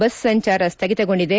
bus ಸಂಚಾರ ಸ್ವಗಿತಗೊಂಡಿದೆ